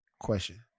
Question